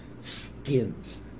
skins